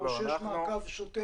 או שיש מעקב שוטף?